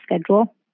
schedule